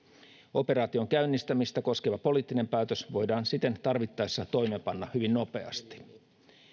operaation käynnistämistä koskeva poliittinen päätös voidaan siten tarvittaessa toimeenpanna hyvin nopeasti